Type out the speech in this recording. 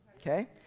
okay